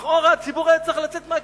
לכאורה, הציבור היה צריך לצאת מהכלים,